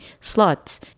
slots